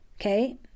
okay